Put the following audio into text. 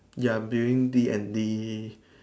ya I'm doing D and D